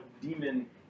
demon